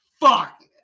fuck